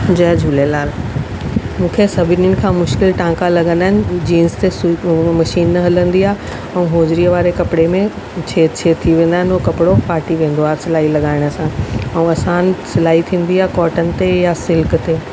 जय झूलेलाल मूंखे सभिनिनि खां मुश्किल टांका लॻंदा आहिनि जीअं ते सू उहो मशीन न हलंदी आहे ऐं होजरीअ वारे कपिड़े में छेद छेद थी वेंदा आहिनि उहो कपिड़ो फाटी वेंदो आहे सिलाई लॻाइण सां ऐं आसानु सिलाई थींदी आहे कोटन ते या सिल्क ते